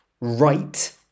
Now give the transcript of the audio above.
right